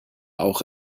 auch